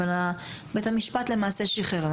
אבל בית המשפט למעשה שיחרר.